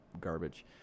garbage